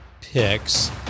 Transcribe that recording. picks